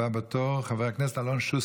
הבא בתור, חבר הכנסת אלון שוסטר,